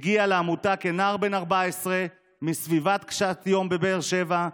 הוא הגיע לעמותה כנער בן 14 מסביבה קשת יום בבאר שבע,